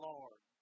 Lord